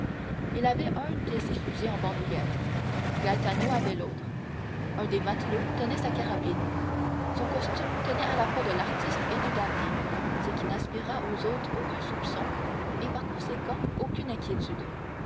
il avait un de ses fusils en bandoulière gaetano avait l'autre un des matelots tenait sa carabine son costume tenait à la fois de l'artiste et du dandy ce qui n'inspira aux hôtes aucun soupçon et par conséquent aucune inquiétude